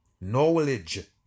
Knowledge